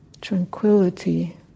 tranquility